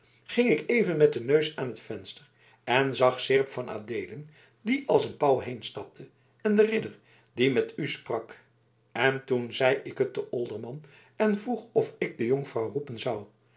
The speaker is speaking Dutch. ging ik even met den neus aan t venster en zag seerp van adeelen die als een pauw heenstapte en den ridder die met u sprak en toen zei ik het den olderman en vroeg of ik de jonkvrouw roepen zou